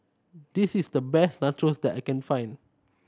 this is the best Nachos that I can find